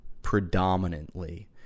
predominantly